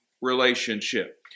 relationship